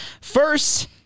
first